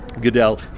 Goodell